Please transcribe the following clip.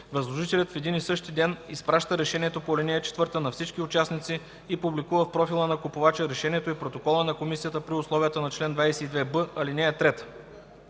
Възложителят в един и същи ден изпраща решението по ал. 6 на всички участници и публикува в профила на купувача решението, заедно с доклада на комисията при условията на чл. 22б, ал. 3.”